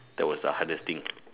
that was the hardest thing